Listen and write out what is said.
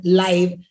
live